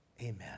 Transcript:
amen